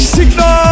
Signal